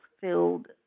filled